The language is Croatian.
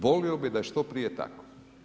Volio bi da je što prije tako.